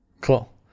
Cool